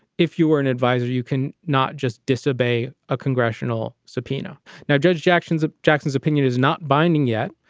if you were an adviser, you can not just disobey a congressional subpoena. now, judge jackson's ah jackson's opinion is not binding yet.